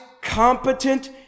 competent